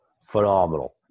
phenomenal